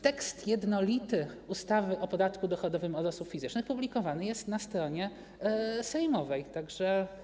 Tekst jednolity ustawy o podatku dochodowym od osób fizycznych publikowany jest na stronie sejmowej, tak że.